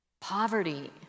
poverty